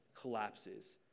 collapses